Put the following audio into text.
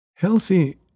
healthy